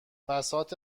بساط